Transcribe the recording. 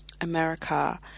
America